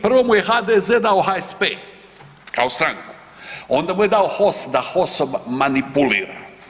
Prvo mu je HDZ dao HSP kao stranku, onda mu je dao HOS da HOS-om manipulira.